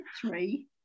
Three